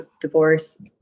divorce